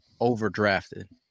overdrafted